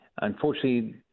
Unfortunately